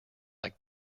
like